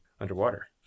underwater